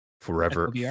forever